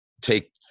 take